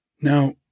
Now